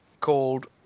Called